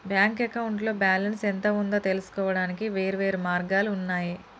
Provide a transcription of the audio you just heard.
bank అకౌంట్లో balance ఎంత ఉందో తెలుసుకోవడానికి వేర్వేరు మార్గాలు ఉన్నయి